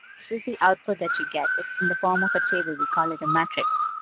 this is the output that you get. it's in the form of a table. we call it a matrix.